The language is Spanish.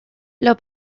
los